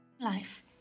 life